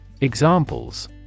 Examples